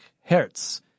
Hertz